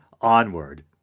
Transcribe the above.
onward